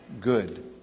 good